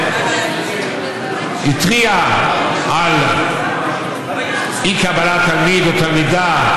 התריע על אי-קבלת תלמיד או תלמידה,